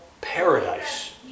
paradise